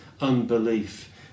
unbelief